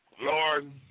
Lord